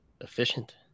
efficient